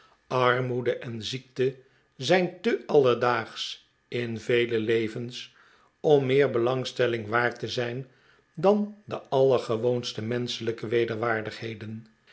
armoede en ziekte zijn te alledaagsch in yele levens om meer belangstelling waard te zijn dan de allergewoonste menschelijke wederwaardigheden